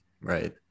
right